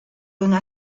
una